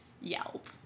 yelp